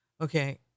Okay